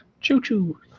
Choo-choo